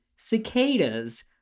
cicadas